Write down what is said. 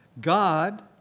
God